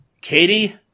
katie